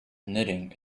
knitting